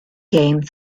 game